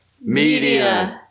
Media